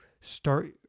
start